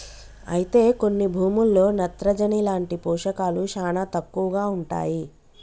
అయితే కొన్ని భూముల్లో నత్రజని లాంటి పోషకాలు శానా తక్కువగా ఉంటాయి